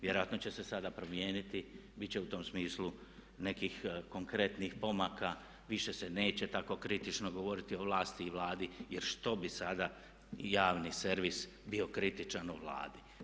Vjerojatno će se sada promijeniti, bit će u tom smislu nekih konkretnih pomaka, više se neće tako kritično govoriti o vlasti i Vladi, jer što bi sada i javni servis bio kritičan u Vladi.